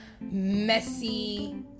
messy